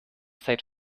seid